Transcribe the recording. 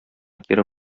кире